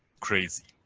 crazy.